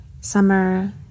summer